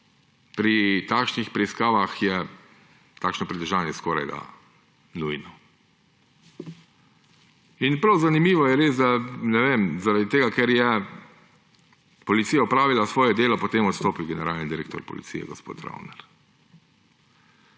pri takšnih preiskavah je takšno pridržanje skorajda nujno. Prav zanimivo je res, da je zaradi tega, ker je policija opravila svoje delo, potem odstopil generalni direktor Policije gospod Travner.